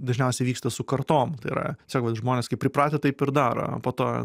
dažniausiai vyksta su kartom tai yra tieisog vat žmonės kaip pripratę taip ir daro po to